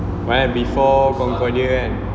right before mongolia kan